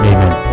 Amen